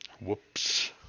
Whoops